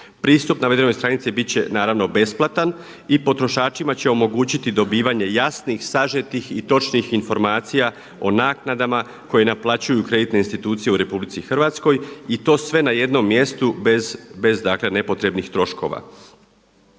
Pristup navedenoj stranici bit će naravno besplatan i potrošačima će omogućiti dobivanje jasnih, sažetih i točnih informacija o naknadama koje naplaćuju kreditne institucije u RH i to sve na jednom mjestu bez dakle nepotrebnih troškova.